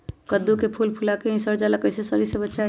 कददु के फूल फुला के ही सर जाला कइसे सरी से बचाई?